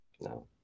No